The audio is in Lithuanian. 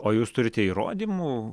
o jūs turite įrodymų